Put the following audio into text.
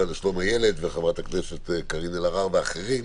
לשלום הילד וחברת הכנסת קארין אלהרר ואחרים,